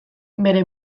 bere